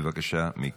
בבקשה, מיקי.